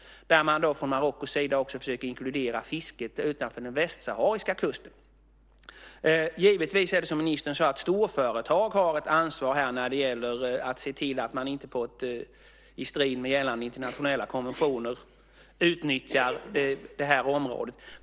Där försöker man från Marockos sida också inkludera fisket utanför den västsahariska kusten. Givetvis har storföretag, som ministern sade, ett ansvar när det gäller att se till att man inte i strid med gällande internationella konventioner utnyttjar det här området.